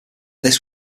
this